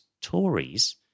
Tories